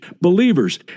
believers